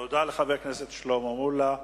תודה לחבר הכנסת שלמה מולה.